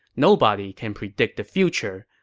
nobody can predict the future,